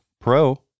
Pro